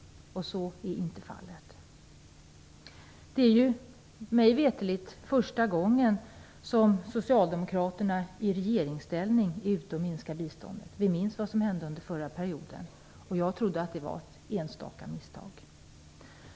Men så är inte fallet. Det är mig veterligt första gången som Socialdemokraterna i regeringsställning minskar biståndet. Vi minns vad som hände under förra regeringsperioden. Jag trodde att det var ett enstaka misstag.